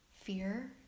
fear